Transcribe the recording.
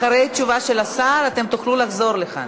אחרי תשובת השר תוכלו לחזור לכאן.